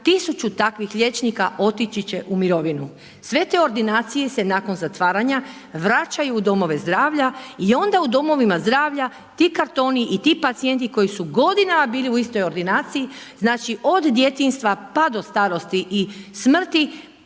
1000 takvih liječnika otići će u mirovinu. Sve te ordinacije se nakon zatvaranja vraćaju u domove zdravlja i onda u domovima zdravlja ti kartoni i ti pacijenti koji su godinama bili u istoj ordinaciji, znači od djetinjstva pa do starosti i smrti,